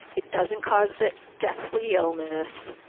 it doesn't cause it deathly illness.